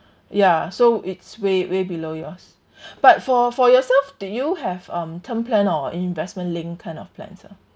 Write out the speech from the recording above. ya so it's way way below yours but for for yourself did you have um term plan or investment linked kind of plan ah